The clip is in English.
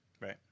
right